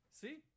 See